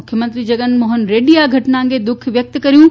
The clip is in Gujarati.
મુખ્યમંત્રી જગન મોહન રેડ્ડીએ આ ઘટના અંગે દુઃખ વ્યક્ત કર્યું છે